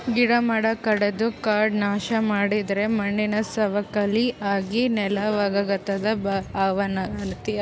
ಗಿಡ ಮರ ಕಡದು ಕಾಡ್ ನಾಶ್ ಮಾಡಿದರೆ ಮಣ್ಣಿನ್ ಸವಕಳಿ ಆಗಿ ನೆಲ ವಣಗತದ್ ಅವನತಿ ಆತದ್